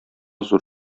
зур